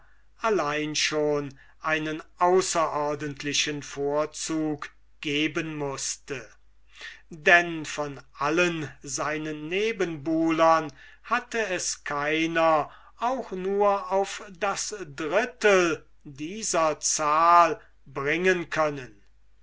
allein schon einen außerordentlichen vorzug geben mußte denn von allen seinen nebenbuhlern hatte es keiner auch nur auf das drittel dieser zahl bringen können